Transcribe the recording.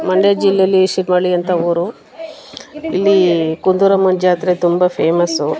ಮಂಡ್ಯ ಜಿಲ್ಲೆಲಿ ಶಿವನಳ್ಳಿ ಅಂತ ಊರು ಇಲ್ಲಿ ಕುಂದೂರಮ್ಮನ ಜಾತ್ರೆ ತುಂಬ ಫೇಮಸ್ಸು